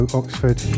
oxford